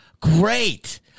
great